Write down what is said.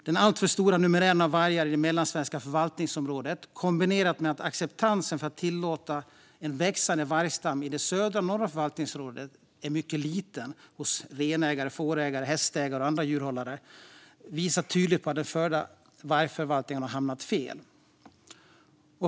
Den alltför stora numerären av vargar i det mellansvenska förvaltningsområdet, kombinerat med att acceptansen för att tillåta en växande vargstam i det södra och norra förvaltningsområdet är mycket liten hos renägare, fårägare, hästägare och andra djurhållare, visar tydligt att vargförvaltningen har hamnat fel.